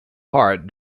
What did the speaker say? heart